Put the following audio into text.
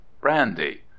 Brandy